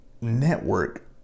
network